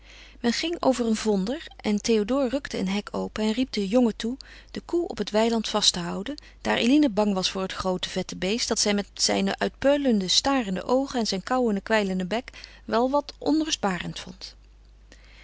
men ging over een vonder en théodore rukte een hek open en riep den jongen toe de koe op het weiland vast te houden daar eline bang was voor het groote vette beest dat zij met zijne uitpuilende starende oogen en zijn kauwenden kwijlenden bek wel wat onrustbarend vond